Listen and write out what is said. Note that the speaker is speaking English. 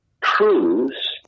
truths